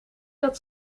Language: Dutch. dat